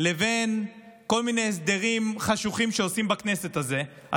לבין כל מיני הסדרים חשוכים שעושים בכנסת הזאת,